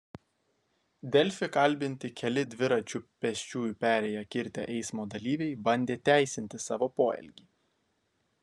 delfi kalbinti keli dviračiu pėsčiųjų perėją kirtę eismo dalyviai bandė teisinti savo poelgį